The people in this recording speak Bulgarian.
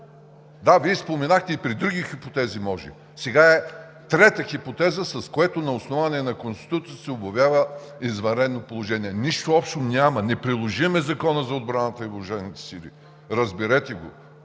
Да, Вие споменахте – и при други хипотези може. Сега е трета хипотеза, с което на основание на Конституцията се обявява извънредно положение. Нищо общо няма, неприложим е Законът за отбраната и въоръжените сили! Разберете го!